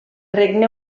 regne